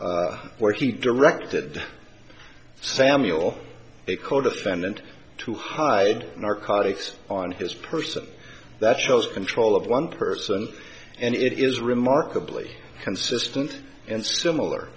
is where he directed samuel a codefendant to hide narcotics on his person that shows control of one person and it is remarkably consistent and similar